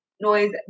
noise